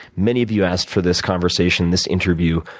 many of you asked for this conversation, this interview.